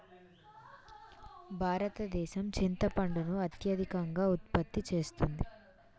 భారతదేశం చింతపండును అత్యధికంగా ఉత్పత్తి చేస్తున్నది